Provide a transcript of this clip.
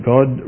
God